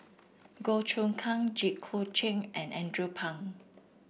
Goh Choon Kang Jit Koon Ch'ng and Andrew Phang